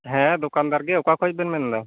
ᱦᱮᱸ ᱫᱚᱠᱟᱱᱫᱟᱨ ᱜᱮ ᱚᱠᱟ ᱠᱷᱚᱡ ᱵᱮᱱ ᱢᱮᱱᱫᱟ